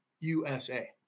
USA